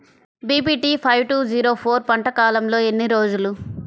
BPT five two zero four పంట కాలంలో ఎన్ని రోజులు?